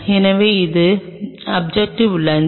எனவே இது objective lens